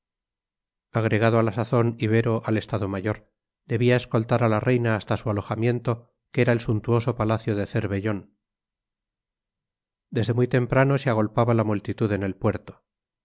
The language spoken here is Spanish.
agregado a la sazón ibero al estado mayor debía escoltar a la reina hasta su alojamiento que era el suntuoso palacio de cervellón desde muy temprano se agolpaba la multitud en el puerto